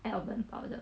almond powder